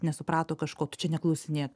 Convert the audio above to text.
nesuprato kažko tu čia neklausinėk